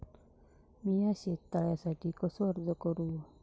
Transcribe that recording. मीया शेत तळ्यासाठी कसो अर्ज करू?